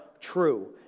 true